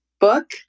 book